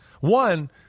One